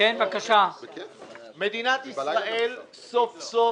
מדינת ישראל סוף סוף